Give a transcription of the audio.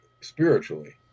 spiritually